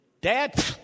dad